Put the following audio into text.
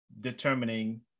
determining